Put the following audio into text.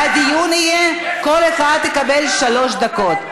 והדיון יהיה שכל אחד יקבל שלוש דקות.